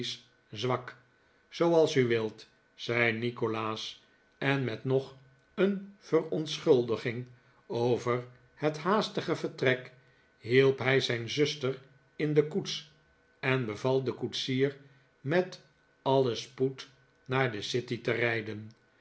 zwak zooals u wilt zei nikolaas en met nog een verontschuldiging over het haastige vertrek hielp hij zijn zuster in de koets en beval den koetsier met alien spoed naar de city te rijden